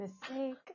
mistake